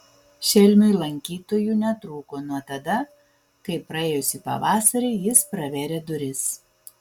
šelmiui lankytojų netrūko nuo tada kai praėjusį pavasarį jis pravėrė duris